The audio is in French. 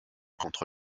contre